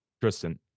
Tristan